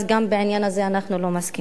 גם בעניין הזה אנחנו לא מסכימים.